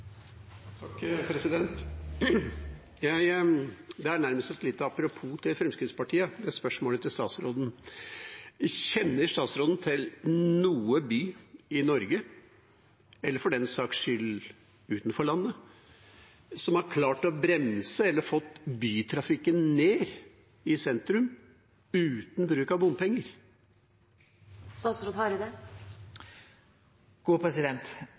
Det er nærmest et lite apropos til Fremskrittspartiet, dette spørsmålet til statsråden: Kjenner statsråden til noen by i Norge, eller for den saks skyld utenfor landet, som har klart å bremse eller fått bytrafikken ned i sentrum uten bruk av